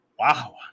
Wow